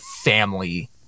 family